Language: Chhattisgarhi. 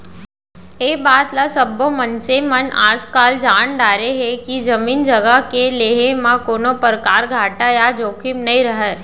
ए बात ल सब्बो मनसे मन आजकाल जान डारे हें के जमीन जघा के लेहे म कोनों परकार घाटा या जोखिम नइ रहय